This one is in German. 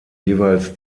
jeweils